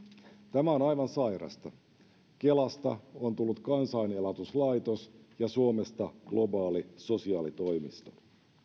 tämä on aivan sairasta kelasta on tullut kansainelatuslaitos ja suomesta globaali sosiaalitoimisto